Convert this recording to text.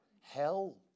Hell